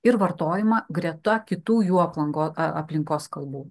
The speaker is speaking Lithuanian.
ir vartojimą greta kitų jų aplanko aplinkos kalbų